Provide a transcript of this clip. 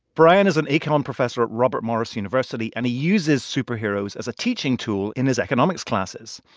brian is an economic professor at robert morris university, and he uses superheroes as a teaching tool in his economics classes.